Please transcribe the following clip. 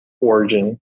origin